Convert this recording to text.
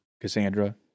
Cassandra